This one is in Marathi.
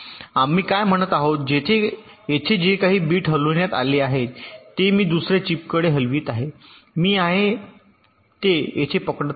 आम्ही काय म्हणत आहोत येथे जे काही बिट हलविण्यात आले आहे ते मी दुसर्या चिपकडे हलवित आहे मी आहे ते येथे पकडत आहे